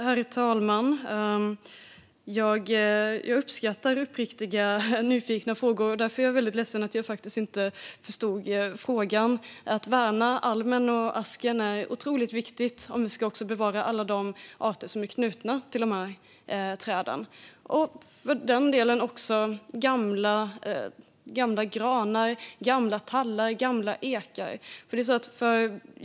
Herr talman! Jag uppskattar uppriktigt nyfikna frågor. Därför är jag ledsen för att jag faktiskt inte riktigt förstår frågan. Att värna almen och asken är otroligt viktigt om vi ska bevara alla de arter som är knutna till dessa träd. För den delen är det viktigt också med gamla granar, gamla tallar och gamla ekar.